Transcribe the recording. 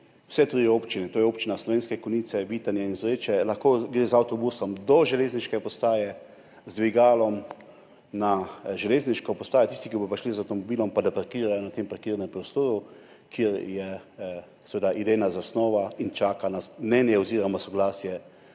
vseh treh občinah, to je Slovenske Konjice, Vitanje in Zreče, lahko gre z avtobusom do železniške postaje, z dvigalom na železniško postajo, tisti, ki bodo prišli z avtomobilom, pa da parkirajo na parkirnem prostoru, za kar je seveda idejna zasnova in se čaka na mnenje oziroma soglasje